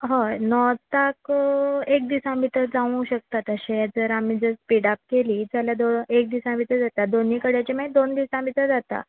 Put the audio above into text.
हय नॉर्ताक एक दिसा भितर जावूं शकता तशें जर आमी जर स्पीड आप केली जाल्या दो एक दिसा भितर जाता दोनीय कडेचीं मागीर दोन दिसां भितर जाता